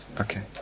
Okay